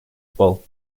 bull